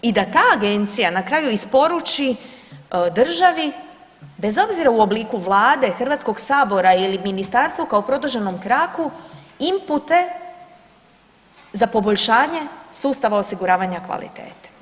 I da ta agencija na kraju isporuči državi bez obzira u obliku vlade, Hrvatskog sabora ili ministarstvu kao produženom kraku inpute za poboljšanje sustava osiguravanja kvalitete.